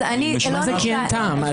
מה זה שאין טעם?